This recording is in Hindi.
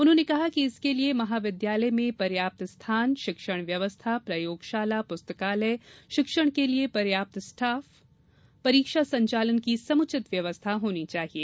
उन्होंने कहा कि इसके लिये महाविद्यालय ने पर्याप्त स्थान शिक्षण व्यवस्था प्रयोगशाला पुस्तकालय शिक्षण के लिये पर्याप्त स्टाफ परीक्षा संचालन की समुचित व्यवस्था होनी चाहिये